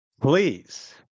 please